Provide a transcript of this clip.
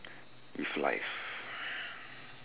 with life